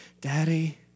Daddy